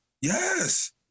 Yes